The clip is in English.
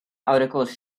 articles